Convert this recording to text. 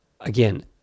Again